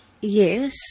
Yes